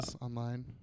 online